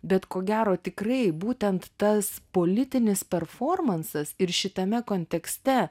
bet ko gero tikrai būtent tas politinis performansas ir šitame kontekste